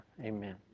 Amen